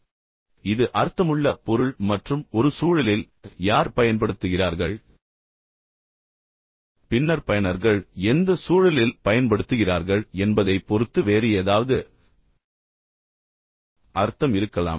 எனவே இது அர்த்தமுள்ள பொருள் மற்றும் ஒரு சூழலில் எனவே யார் பயன்படுத்துகிறார்கள் பின்னர் பயனர்கள் எந்த சூழலில் பயன்படுத்துகிறார்கள் என்பதைப் பொறுத்து வேறு ஏதாவது அர்த்தம் இருக்கலாம்